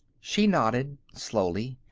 she nodded slowly.